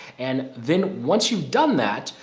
and then once you've done that,